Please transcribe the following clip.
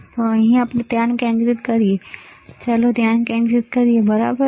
તો ચાલો આપણે અહીં ધ્યાન કેન્દ્રિત કરીએ ચાલો અહીં ધ્યાન કેન્દ્રિત કરીએ બરાબર